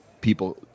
people